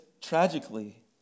tragically